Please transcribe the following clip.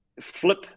flip